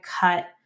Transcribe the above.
cut